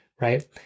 Right